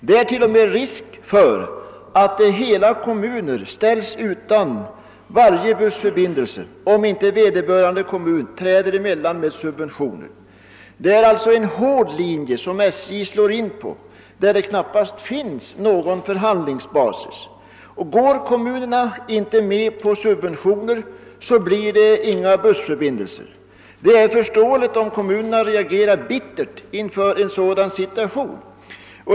Det är t.o.m. risk för att hela kommuner ställs utan varje bussförbindelse, om inte vederbörande kommun träder emellan med subventioner. SJ slår alltså in på en hård linje — det finns knappast någon förhandlingsbasis. Går kommunerna inte med på subventioner blir det inga bussförbindelser! Det är förståeligt om kommunerna reagerar bittert inför en sådan situation.